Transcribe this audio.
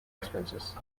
expenses